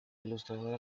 ilustrador